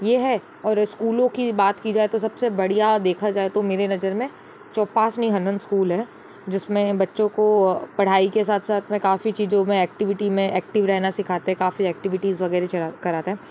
यह है और स्कूलों की बात की जाए तो सब से बढ़िया देखा जाए तो मेरे नज़र में जो पास में हनवंत स्कूल है जिस में बच्चों को पढ़ाई के साथ साथ में काफ़ी चीज़ों में एक्टिविटी में एक्टिव रहना सिखाते काफ़ी एक्टिविटीज़ वगैरह कराते हैं